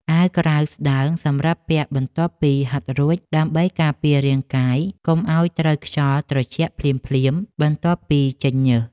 អាវក្រៅស្ដើងសម្រាប់ពាក់បន្ទាប់ពីហាត់រួច ដើម្បីការពាររាងកាយកុំឱ្យត្រូវខ្យល់ត្រជាក់ភ្លាមៗបន្ទាប់ពីចេញញើស។